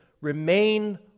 remain